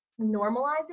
normalizing